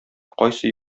кайсы